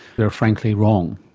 they are frankly wrong?